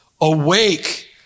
Awake